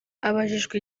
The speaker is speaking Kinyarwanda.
abajijwe